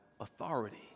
authority